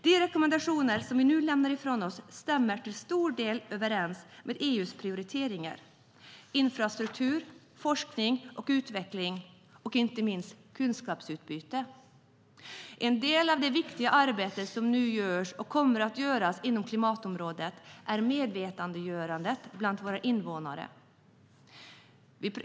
De rekommendationer som vi lämnar ifrån oss stämmer till stor del överens med EU:s prioriteringar, som är infrastruktur, forskning och utveckling samt inte minst kunskapsutbyte. En del av det viktiga arbete som nu görs och kommer att göras inom klimatområdet är medvetandegörandet bland våra invånare.